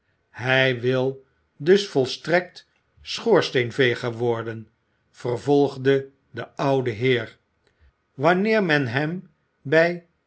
hij wil dus volstrekt schoorsteenveger worden vervolgde de oude heer wanneer men hem bij